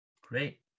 Great